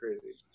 crazy